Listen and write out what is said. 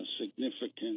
significant